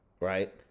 Right